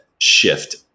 shift